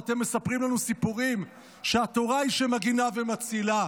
ואתם מספרים לנו סיפורים שהתורה היא שמגינה ומצילה.